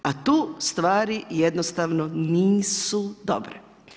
A tu stvari jednostavno nisu dobre.